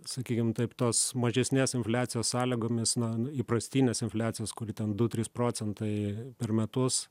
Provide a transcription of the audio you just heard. sakykim taip tos mažesnės infliacijos sąlygomis na įprastinės infliacijos kuri ten du trys procentai per metus